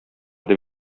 дип